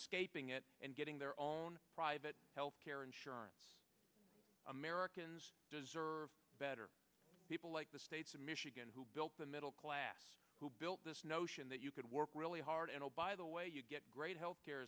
escaping it and getting their own private health care insurance americans deserve better people like the states of michigan who built the middle class who built this notion that you could work really hard and oh by the way you get great health care